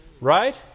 Right